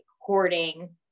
hoarding